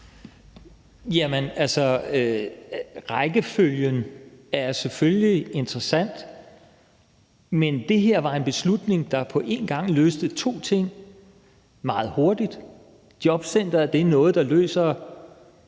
Valentin (V): Rækkefølgen er selvfølgelig interessant, men det her var en beslutning, der på én gang løste to ting meget hurtigt. Jobcenteret er noget, der løser